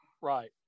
Right